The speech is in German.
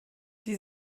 die